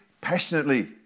passionately